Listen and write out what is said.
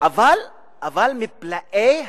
אבל מפלאי הכנסת,